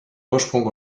ursprung